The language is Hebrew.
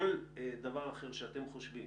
כל דבר אחר שאתם חושבים